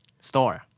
Store